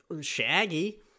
shaggy